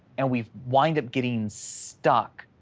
and we wind up getting stuck,